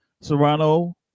Serrano